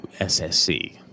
SSC